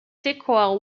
sequel